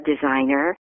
designer